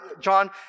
John